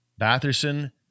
Batherson